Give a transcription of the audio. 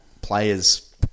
players